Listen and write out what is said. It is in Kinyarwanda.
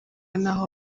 n’aho